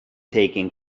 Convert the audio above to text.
taken